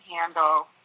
handle